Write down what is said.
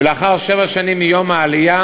ולאחר שבע שנים מיום העלייה